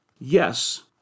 Yes